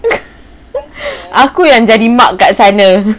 aku yang jadi mak kat sana